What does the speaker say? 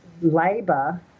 labour